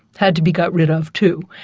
had to be got rid of too.